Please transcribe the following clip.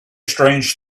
strange